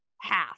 half